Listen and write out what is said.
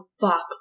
fuck